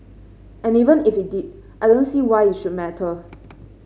and even if it did I don't see why it should matter